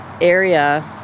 area